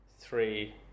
three